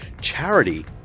Charity